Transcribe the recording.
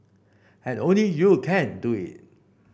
and only you can do it